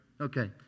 Okay